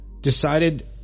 decided